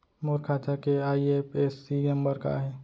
मोर खाता के IFSC number का हे?